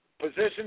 position